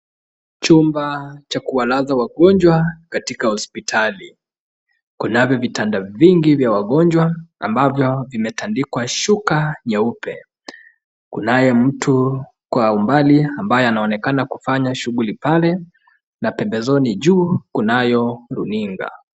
Chumba cha kuwalaza wagonjwa katika hospitali. Kunavyo vitanda vingi vya wagonjwa ambavyo vimetandikwa shuka nyeupe. Kunaye mtu kwa umbali ambaye anaonekana kufanya shughuli pale na pembezoni juu kunayo runinga.